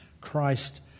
Christ